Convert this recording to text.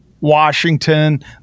Washington